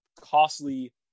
costly